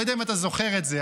אני לא יודע אם אתה זוכר את זה,